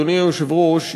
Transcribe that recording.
אדוני היושב-ראש,